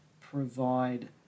provide